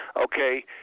Okay